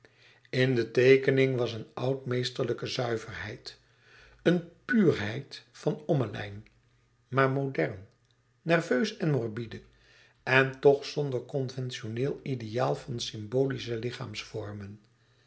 in de teekening was een oud meesterlijke zuiverheid eene puurheid van ommelijn maar modern nerveus en morbide en toch zonder conventioneel ideaal van symbolische